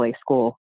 school